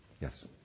Yes